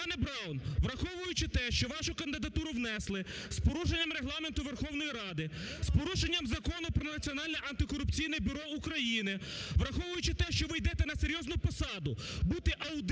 Пане Браун, враховуючи те, що вашу кандидатуру внесли з порушенням Регламенту Верховної Ради, з порушенням Закону "Про Національне антикорупційне бюро України ", враховуючи те, що ви йдете на серйозну посаду: бути аудитором